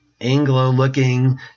anglo-looking